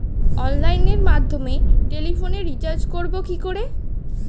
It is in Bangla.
অনলাইনের মাধ্যমে টেলিফোনে রিচার্জ করব কি করে?